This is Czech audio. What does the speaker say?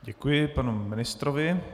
Děkuji panu ministrovi.